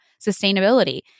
sustainability